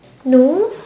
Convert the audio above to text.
no